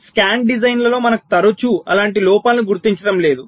scan డిజైన్లలో మనం తరచూ అలాంటి లోపాలను గుర్తించడం లేదు